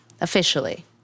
officially